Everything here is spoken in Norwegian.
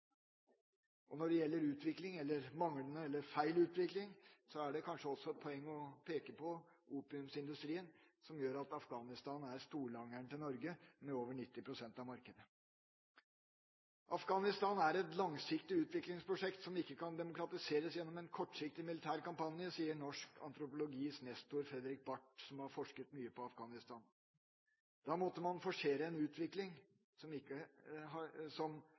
Når det gjelder utvikling – eller manglende/feil utvikling – er det kanskje også et poeng å peke på opiumsindustrien, som gjør at Afghanistan er storlangeren til Norge, de har over 90 pst. av markedet. Afghanistan er et langsiktig utviklingsprosjekt som ikke kan demokratiseres gjennom en kortsiktig militær kampanje, sier norsk antropologis nestor, Fredrik Barth, som har forsket mye på Afghanistan. Man måtte da forsere en utvikling som har